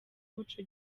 umuco